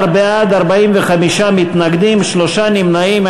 16 בעד, 45 מתנגדים, שלושה נמנעים.